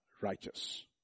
righteous